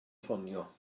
ffonio